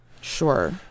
Sure